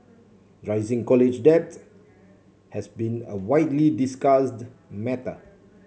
rising college debt has been a widely discussed matter